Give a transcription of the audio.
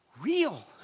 real